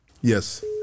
Yes